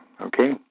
Okay